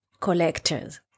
collectors